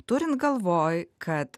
turint galvoj kad